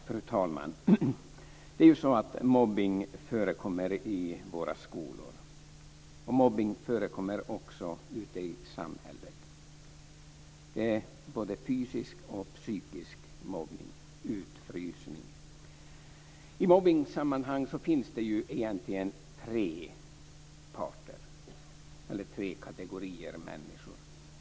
Fru talman! Mobbning förekommer i våra skolor. Mobbning förekommer också ute i samhället. Det är både fysisk och psykisk mobbning, utfrysning. I mobbningssammanhang finns det egentligen tre kategorier människor.